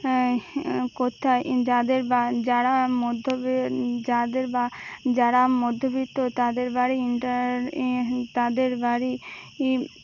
কোত্তে যাদের বা যারা মধ্যবের যাদের বা যারা মধ্যবিত্ত তাদের বাড়ি ইন্টার তাদের বাড়ি